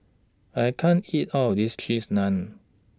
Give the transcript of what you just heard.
I can't eat All of This Cheese Naan